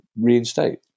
reinstate